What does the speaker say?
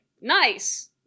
nice